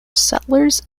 settlers